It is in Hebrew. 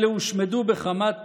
אלה הושמדו בחמת פתנים,